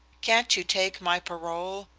can't you take my parole?